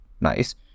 nice